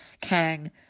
Kang